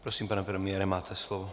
Prosím, pane premiére, máte slovo.